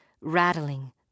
rattling